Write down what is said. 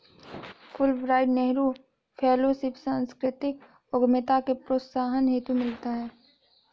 Fulbright Nehru fellowship सांस्कृतिक उद्यमिता के प्रोत्साहन हेतु मिलता है